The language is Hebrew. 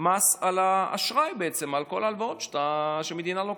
מס על האשראי, על כל ההלוואות שהמדינה לוקחת.